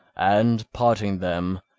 and, parting them,